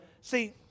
See